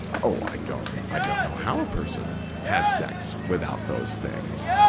oh, i don't, i don't know how a person has sex without those things,